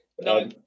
No